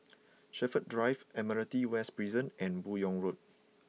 Shepherds Drive Admiralty West Prison and Buyong Road